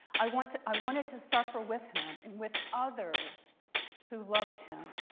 i wanted i wanted to suffer with him and with others who loved him.